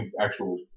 actual